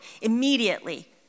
Immediately